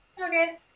Okay